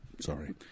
Sorry